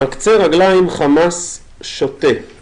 מקצה רגלים חמס שותה